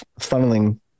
funneling